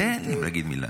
תן לי להגיד מילה.